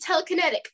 telekinetic